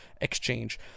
exchange